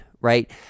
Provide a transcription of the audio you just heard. right